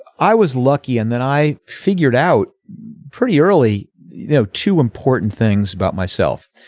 i was lucky and then i figured out pretty early you know two important things about myself.